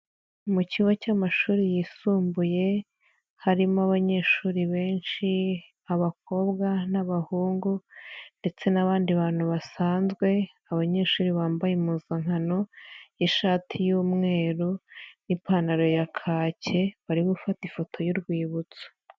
Mu kigo cy'amashuri yisumbuye harimo abanyeshuri benshi abakobwa n'abahungu ndetse n'abandi bantu basanzwe, abanyeshuri bambaye impuzankano y'ishati y'umweru n'ipantaro ya kake bari gufata ifoto y'urwibutso.